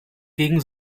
gegen